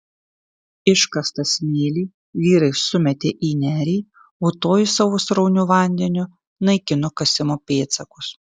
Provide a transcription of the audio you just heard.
iškastą smėlį vyrai sumetė į nerį o toji savo srauniu vandeniu naikino kasimo pėdsakus